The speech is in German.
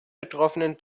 betroffenen